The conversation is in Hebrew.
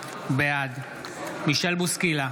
בעד מישל בוסקילה,